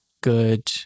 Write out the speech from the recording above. good